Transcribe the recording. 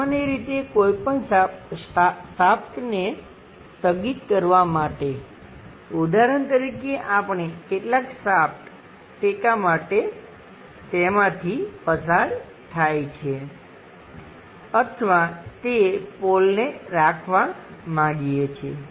સામાન્ય રીતે કોઈપણ શાફ્ટને સ્થગિત કરવા માટે ઉદાહરણ તરીકે આપણે કેટલાક શાફ્ટ ટેકામાટે તેમાથી પસાર થાય છે અથવા તે પોલને રાખવા માગીએ છીએ